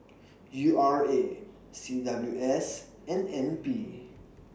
U R A C W S and N P